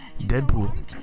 Deadpool